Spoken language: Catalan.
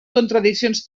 contradiccions